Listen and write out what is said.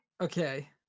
Okay